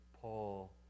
Paul